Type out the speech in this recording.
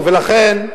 ולכן,